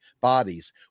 bodies